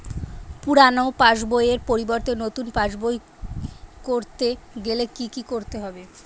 পুরানো পাশবইয়ের পরিবর্তে নতুন পাশবই ক রতে গেলে কি কি করতে হবে?